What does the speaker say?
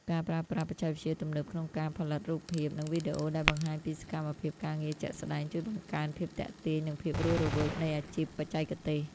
ការប្រើប្រាស់បច្ចេកវិទ្យាទំនើបក្នុងការផលិតរូបភាព និងវីដេអូដែលបង្ហាញពីសកម្មភាពការងារជាក់ស្ដែង ជួយបង្កើនភាពទាក់ទាញ និងភាពរស់រវើកនៃអាជីពបច្ចេកទេស។